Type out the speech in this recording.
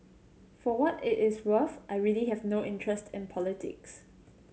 for what it is worth I really have no interest in politics